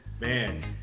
man